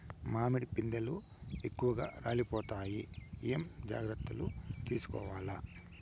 మామిడి పిందెలు ఎక్కువగా రాలిపోతాయి ఏమేం జాగ్రత్తలు తీసుకోవల్ల?